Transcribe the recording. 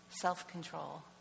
self-control